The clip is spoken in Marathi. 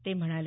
ते म्हणाले